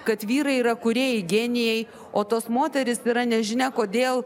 kad vyrai yra kūrėjai genijai o tos moterys yra nežinia kodėl